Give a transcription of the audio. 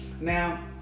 Now